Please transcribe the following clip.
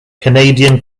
canadian